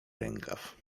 rękaw